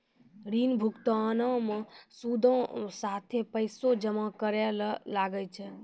ऋण भुगतानो मे सूदो साथे पैसो जमा करै ल लागै छै